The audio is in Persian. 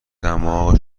دماغ